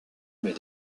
mais